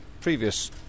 previous